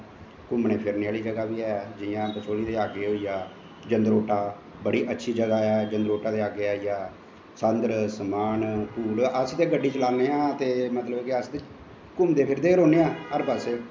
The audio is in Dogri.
घूमनें फिरनें आह्ली जगह बी ऐ जियां बसहोली दे लागे बी ऐ जंदरोटा बड़ा अच्छी जगाह् ऐ जंदरोटा दे अग्गैं आइया सैंदर समान अस ते बड्डी चलामी आं ते अस घूमदे फिरदे गै रौह्नें आं हर पास्सै